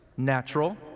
natural